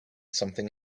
something